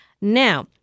Now